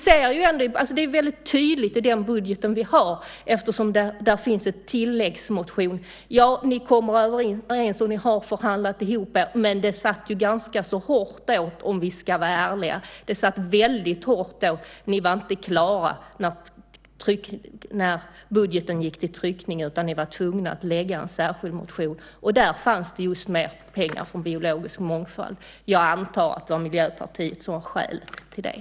Det är ju väldigt tydligt i den budget vi har eftersom där finns en tilläggsmotion. Ja, ni kommer överens och ni har förhandlat ihop er. Men det satt ju ganska hårt åt om vi ska vara ärliga. Det satt väldigt hårt åt. Ni var inte klara när budgeten gick till tryckning utan ni var tvungna att lägga en särskild motion. Där fanns det mer pengar till biologisk mångfald. Jag antar att det var Miljöpartiet som var skälet till det.